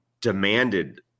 demanded